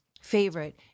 favorite